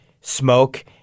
smoke